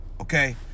Okay